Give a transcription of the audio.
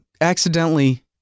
accidentally